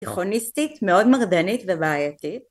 תיכוניסטית מאוד מרדנית ובעייתית